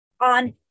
on